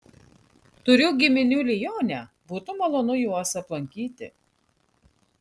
turiu giminių lione būtų malonu juos aplankyti